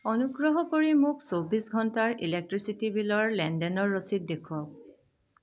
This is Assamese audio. অনুগ্ৰহ কৰি মোক চৌবিছ ঘণ্টাৰ ইলেক্ট্ৰিচিটী বিলৰ লেনদেনৰ ৰচিদ দেখুৱাওক